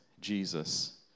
Jesus